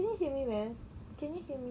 can you hear me well can you hear me